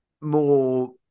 more